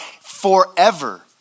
forever